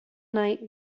night